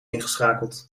ingeschakeld